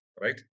right